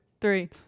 three